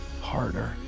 harder